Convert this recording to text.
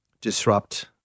disrupt